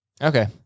Okay